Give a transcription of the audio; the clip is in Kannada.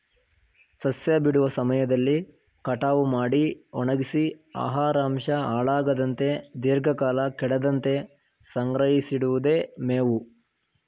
ಸಸ್ಯ ಬಿಡುವ ಸಮಯದಲ್ಲಿ ಕಟಾವು ಮಾಡಿ ಒಣಗ್ಸಿ ಆಹಾರಾಂಶ ಹಾಳಾಗದಂತೆ ದೀರ್ಘಕಾಲ ಕೆಡದಂತೆ ಸಂಗ್ರಹಿಸಿಡಿವುದೆ ಮೇವು